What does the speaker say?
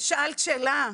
שאלת שאלה.